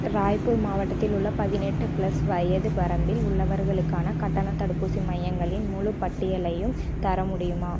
ராய்ப்பூர் மாவட்டத்தில் உள்ள பதினெட்டு ப்ளஸ் வயது வரம்பில் உள்ளவர்களுக்கான கட்டண தடுப்பூசி மையங்களின் முழு பட்டியலையும் தர முடியுமா